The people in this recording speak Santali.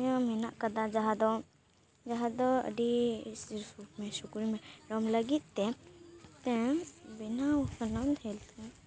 ᱱᱤᱭᱚᱢ ᱢᱮᱱᱟᱜ ᱠᱟᱫᱟ ᱡᱟᱦᱟᱸ ᱫᱚ ᱡᱟᱦᱟᱸ ᱫᱚ ᱟᱹᱰᱤ ᱥᱤᱢ ᱥᱩᱠᱨᱤ ᱢᱮᱨᱚᱢ ᱞᱟᱹᱜᱤᱫ ᱛᱮ ᱛᱮ ᱵᱮᱱᱟᱣᱟᱠᱟᱱᱟ